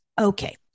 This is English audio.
Okay